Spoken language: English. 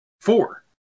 Four